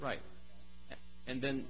right and then